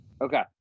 Okay